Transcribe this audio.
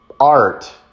art